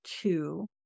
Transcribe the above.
two